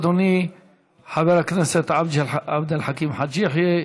אדוני חבר הכנסת עבד אל חכים חאג' יחיא,